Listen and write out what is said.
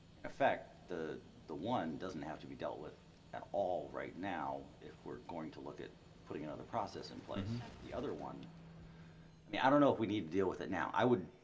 affect the the one doesn't have to be dealt with at all right now if we're going to look at putting another process in place the other one i mean i don't know if we need to deal with it now i would